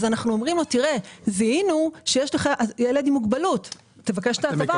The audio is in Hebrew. אנחנו אומרים שזיהינו שיש לו עם מוגבלות ושיבקש את ההטבה.